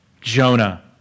Jonah